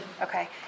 Okay